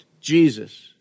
Jesus